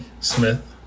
Smith